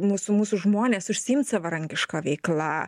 mūsų mūsų žmonės užsiimt savarankiška veikla